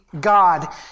God